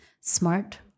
Smart